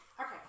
okay